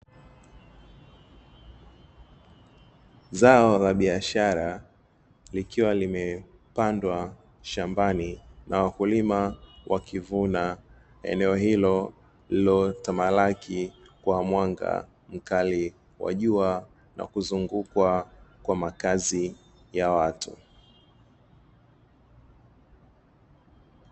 Zao la biashara likiwa limepandwa shambani na wakulima wakivuna, eneo hilo lililotamalaki kwa mwanga mkali wa jua na kuzungukwa kwa makazi ya watu.